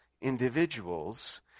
individuals